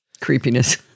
Creepiness